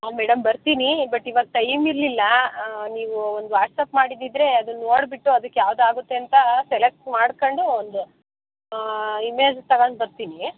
ಹಾಂ ಮೇಡಮ್ ಬರ್ತೀನಿ ಬಟ್ ಇವಾಗ ಟೈಮ್ ಇರಲಿಲ್ಲ ನೀವು ಒಂದು ವಾಟ್ಸ್ಅಪ್ ಮಾಡಿದ್ದಿದ್ದರೆ ಅದನ್ನು ನೋಡಿಬಿಟ್ಟು ಅದಕ್ಕೆ ಯಾವ್ದು ಆಗುತ್ತೆ ಅಂತ ಸೆಲೆಕ್ಟ್ ಮಾಡ್ಕೊಂಡು ಒಂದು ಇಮೇಜ್ ತಗೊಂಡು ಬರ್ತೀನಿ